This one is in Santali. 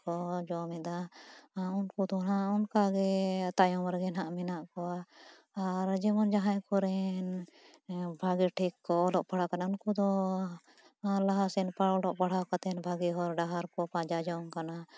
ᱠᱚ ᱡᱚᱢ ᱮᱫᱟ ᱩᱱᱠᱩ ᱫᱚ ᱱᱟᱦᱟᱜ ᱚᱱᱠᱟᱜᱮ ᱛᱟᱭᱚᱢ ᱨᱮᱜᱮ ᱱᱟᱦᱟᱜ ᱢᱮᱱᱟᱜ ᱠᱚᱣᱟ ᱟᱨ ᱡᱮᱢᱚᱱ ᱡᱟᱦᱟᱸᱭ ᱠᱚᱨᱮᱱ ᱵᱷᱟᱹᱜᱤ ᱴᱷᱤᱠ ᱠᱚ ᱚᱞᱚᱜ ᱯᱟᱲᱦᱟᱜ ᱠᱟᱱᱟ ᱩᱱᱠᱩ ᱫᱚ ᱞᱟᱦᱟ ᱥᱮᱫ ᱚᱞᱚᱜ ᱯᱟᱲᱦᱟᱣ ᱠᱟᱛᱮᱫ ᱵᱷᱟᱹᱜᱤ ᱦᱚᱨ ᱰᱟᱦᱟᱨ ᱠᱚ ᱯᱟᱸᱡᱟ ᱡᱚᱝ ᱠᱟᱱᱟ